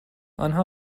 آنها